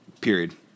Period